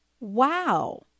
Wow